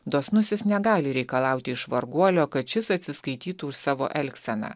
dosnusis negali reikalauti iš varguolio kad šis atsiskaitytų už savo elgseną